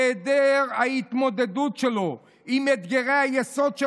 היעדר ההתמודדות שלו עם אתגרי היסוד של